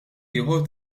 ieħor